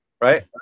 Right